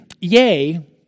Yea